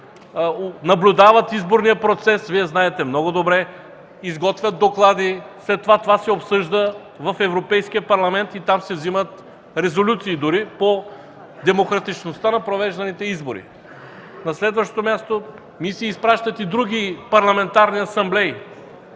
наблюдават изборния процес – Вие знаете много добре, изготвят доклади, след това се обсъжда в Европейския парламент и там се взимат дори резолюции по демократичността на провежданите избори. На следващо място, мисии изпращат и други парламентарни асамблеи.